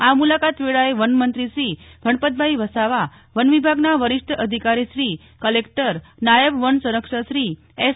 આ મુલાકાત વેળાએ વનમંત્રીશ્રી ગણપતભાઇ વસાવા વન વિભાગના વરિષ્ઠ અધિકારીશ્રી કલેક્ટર નાયબ વન સંરક્ષકશ્રી એસ